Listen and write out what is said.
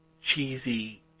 cheesy